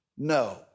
No